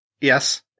Yes